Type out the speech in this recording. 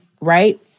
right